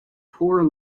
poor